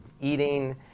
eating